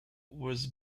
was